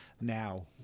now